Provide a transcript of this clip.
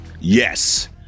Yes